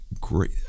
great